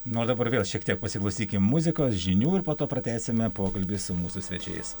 nu o dabar vėl šiek tiek pasiklausykim muzikos žinių ir po to pratęsime pokalbį su mūsų svečiais